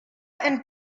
and